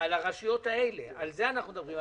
על הרשויות הללו, על זה אנחנו מדברים.